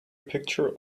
picture